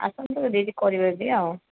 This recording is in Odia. ଆସନ୍ତୁ ଯଦି କରିବେ ଯଦି ଆଉ